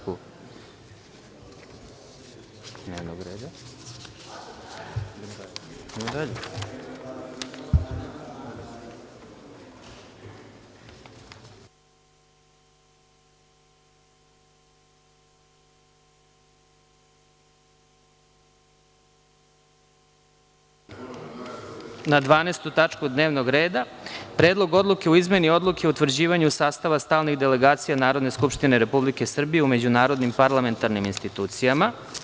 Prelazimo na 12. tačku dnevnog reda – Predlog odluke o izmeni Odluke o utvrđivanju odluke sastava stalnih delegacija Narodne skupštine Republike Srbije u međunarodnim parlamentarnim institucijama.